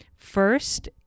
First